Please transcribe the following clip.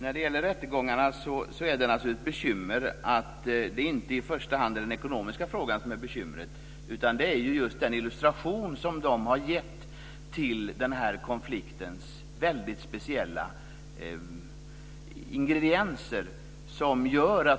Fru talman! Det är naturligtvis ett bekymmer att det i fråga om rättegångarna inte i första hand är ekonomin som är problemet. Det är just den illustration som de har gett till konfliktens väldigt speciella ingredienser.